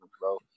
bro